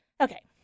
okay